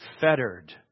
fettered